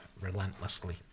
relentlessly